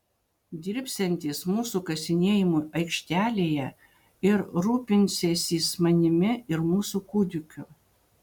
dirbsiantis mūsų kasinėjimų aikštelėje ir rūpinsiąsis manimi ir mūsų kūdikiu